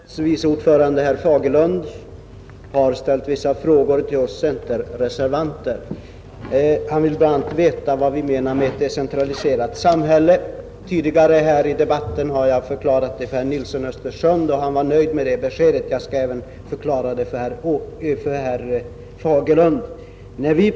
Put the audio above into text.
Fru talman! Utskottets vice ordförande herr Fagerlund har ställt vissa frågor till oss centerreservanter. Han vill bl.a. veta vad vi menar med ett decentraliserat samhälle. Tidigare här i debatten har jag förklarat det för herr Nilsson i Östersund, och han var nöjd med mitt besked. Jag skall förklara det även för herr Fagerlund.